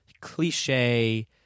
cliche